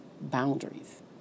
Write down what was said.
boundaries